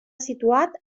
situat